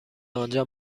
آنجا